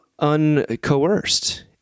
uncoerced